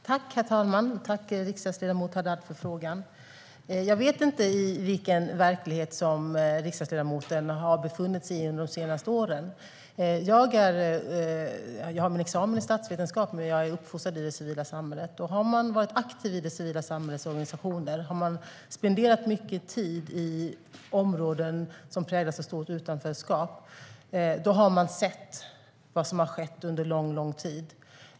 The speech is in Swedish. Herr talman! Tack, riksdagsledamot Haddad, för frågan! Jag vet inte i vilken verklighet riksdagsledamoten har befunnit sig de senaste åren. Jag har min examen i statsvetenskap, men jag är uppfostrad i det civila samhället. Har man varit aktiv i det civila samhällets organisationer och har spenderat tid i områden som präglas av stort utanförskap har man också sett vad som har skett under lång tid.